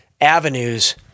avenues